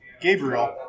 Gabriel